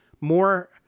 more